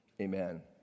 amen